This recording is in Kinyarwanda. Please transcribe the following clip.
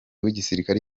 w’igisirikare